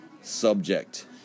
Subject